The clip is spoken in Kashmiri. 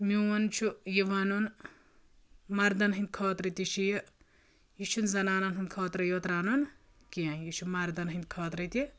میون چھُ یہِ وَنُن مردَن ہٕندِ خٲطرٕ تہِ چھِ یہِ چھُنہٕ زنانَن ہٕندِ خٲطرٕے یوت رنُن کیٛنٚہہ یہِ چھُ مردَن ہٕندِ خٲطرٕ تہِ